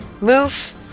move